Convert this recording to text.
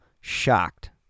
Shocked